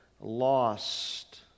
lost